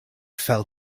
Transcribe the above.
fell